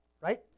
Right